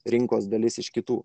rinkos dalis iš kitų